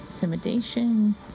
Intimidation